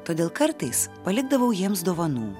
todėl kartais palikdavau jiems dovanų